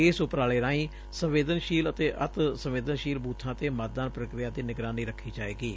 ਇਸ ਉਪਰਾਲੇ ਰਾਹੀ ਸੰਵੇਦਨਸ਼ੀਲ ਅਤੇ ਅਤਿ ਸੰਵੇਦਨਸ਼ੀਲ ਬੁਥਾਂ ਤੇ ਮੱਤਦਾਨ ਪ੍ਰਕ੍ਰਿਆ ਦੀ ਨਿਗਰਾਨੀ ਰੱਖੀ ਜਾਵੇਗੀ